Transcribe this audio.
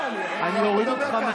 אני אוריד אותך.